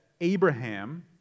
Abraham